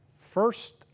first